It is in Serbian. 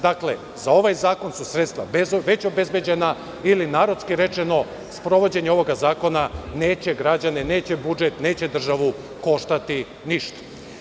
Dakle, za ovaj zakon su sredstva već obezbeđena ili narodski rečeno, sprovođenje ovog zakona neće građane, neće budžet, neće državu koštati ništa.